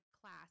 class